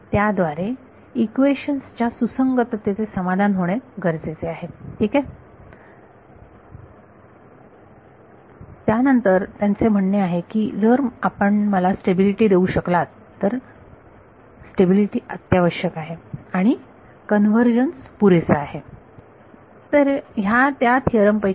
त्याद्वारे इक्वेशन्स च्या सुसंगततेचे समाधान होणे गरजेचे आहे ठीक आहे त्यानंतर त्यांचे म्हणणे आहे की जर आपण मला स्टेबिलिटी देऊ शकलात तर स्टेबिलिटी अत्यावश्यक आहे आणि कन्वर्जन्स पुरेसा आहे ओके